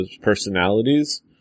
personalities